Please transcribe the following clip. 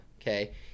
Okay